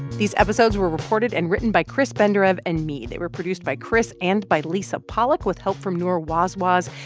these episodes were recorded and written by chris benderev and me. they were produced by chris and by lisa pollak, with help from noor wazwaz.